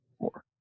more